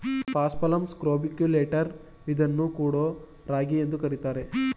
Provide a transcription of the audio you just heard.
paspalum scrobiculatum ಇದನ್ನು ಕೊಡೋ ರಾಗಿ ಎಂದು ಕರಿತಾರೆ